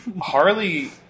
Harley